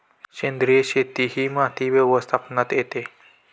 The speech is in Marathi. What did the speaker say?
सेंद्रिय शेती ही माती व्यवस्थापनात येते